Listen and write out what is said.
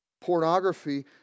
Pornography